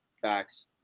facts